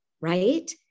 right